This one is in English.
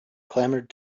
clamored